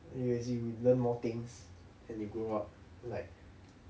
we will we learn more things when we grow up like